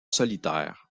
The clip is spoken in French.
solitaire